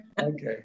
Okay